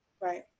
Right